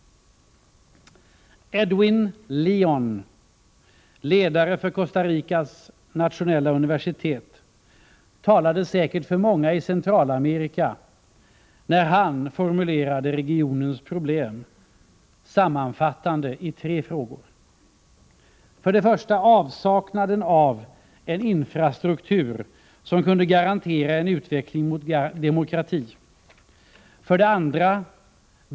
Edwin Leon, ledaren för Costa Ricas nationella universitet, talade säkert för många i Centralamerika, när han formulerade regionens problem, sammanfattade i tre punkter. 1. Avsaknaden av en infrastruktur som kunde garantera en utveckling mot demokrati. 2.